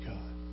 God